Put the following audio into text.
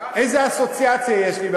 איזה אסוציאציה יש לי.